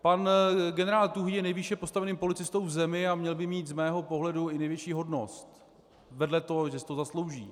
Pan generál Tuhý je nejvýše postaveným policistou v zemi a měl by mít z mého pohledu i nejvyšší hodnost, vedle toho, že si to zaslouží.